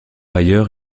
ailleurs